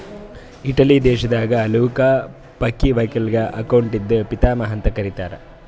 Italy ದೇಶದಾಗ್ Luca ಪಕಿಒಲಿಗ ಅಕೌಂಟಿಂಗ್ದು ಪಿತಾಮಹಾ ಅಂತ್ ಕರಿತ್ತಾರ್